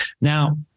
Now